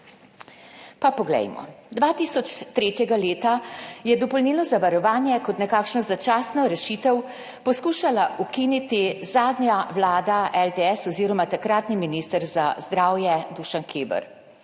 Pa poglejmo. 2003. leta je dopolnilno zavarovanje kot nekakšno začasno rešitev poskušala ukiniti zadnja vlada LDS oziroma takratni minister za zdravje Dušan Keber.